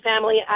family